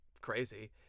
crazy